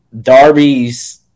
Darby's